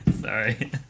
Sorry